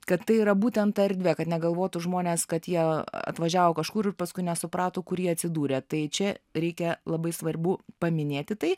kad tai yra būtent ta erdvė kad negalvotų žmonės kad jie atvažiavo kažkur paskui nesuprato kur jie atsidūrė tai čia reikia labai svarbu paminėti tai